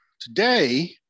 today